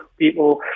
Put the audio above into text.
people